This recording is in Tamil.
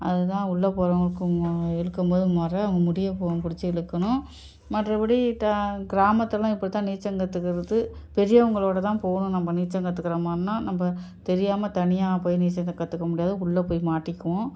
அது தான் உள்ளேப் போகிறவங்களுக்கும் இழுக்கும் போது முற அவங்க முடியைப் போ பிடிச்சு இழுக்கணும் மற்றபடி ட கிராமத்திலலாம் இப்படிதான் நீச்சல் கற்றுக்கறது பெரியவங்களோடு தான் போகணும் நம்ப நீச்சல் கற்றுக்குற மாதிரின்னா நம்ப தெரியாமல் தனியாப் போய் நீச்சத்தக் கற்றுக்க முடியாது உள்ளேப் போய் மாட்டிக்குவோம்